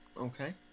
Okay